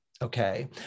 okay